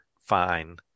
fine